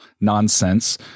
nonsense